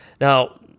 Now